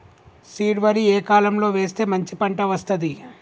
Seed వరి ఏ కాలం లో వేస్తే మంచి పంట వస్తది?